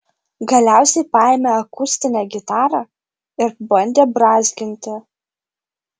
galiausiai paėmė akustinę gitarą ir bandė brązginti